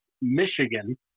Michigan